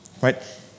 right